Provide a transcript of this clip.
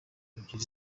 ebyiri